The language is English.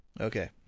Okay